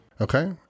Okay